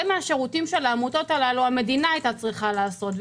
מהשירותים של העמותות האלה המדינה היתה צריכה לעשות,